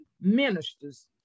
ministers